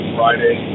Friday